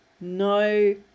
no